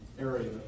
area